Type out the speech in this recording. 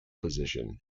position